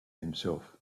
himself